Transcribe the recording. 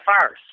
first